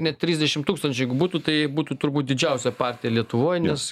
net trisdešim tūkstančių jeigu būtų tai būtų turbūt didžiausia partija lietuvoj nes